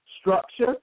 structure